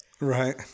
Right